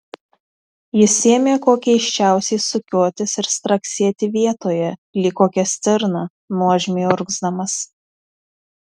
jis ėmė kuo keisčiausiai sukiotis ir straksėti vietoje lyg kokia stirna nuožmiai urgzdamas